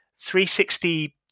360